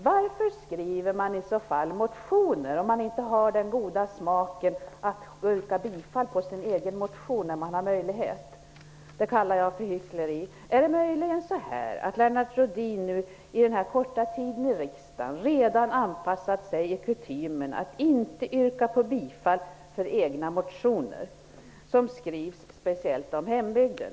Varför skriver man motioner om man inte har den goda smaken att yrka bifall till sin egen motion när man har möjlighet? Det kallar jag för hyckleri. Är det möjligen så att Lennart Rohdin under den korta tid han har varit riksdagsledamot redan har anpassat sig till kutymen att man inte yrkar bifall till egna motioner som gäller hembygden?